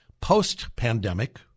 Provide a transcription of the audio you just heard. Post-pandemic